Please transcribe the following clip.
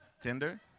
Tinder